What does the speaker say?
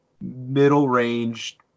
middle-range